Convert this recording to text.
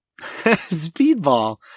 Speedball